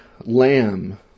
lamb